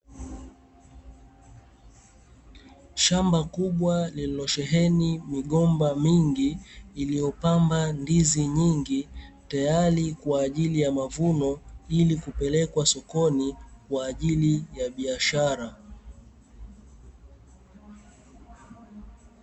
Shamba kubwa lililosheheni migomba mingi iliyopamba ndizi nyingi, tayari kwa ajili ya mavuno ili kupelekwa sokoni kwa ajili ya biashara.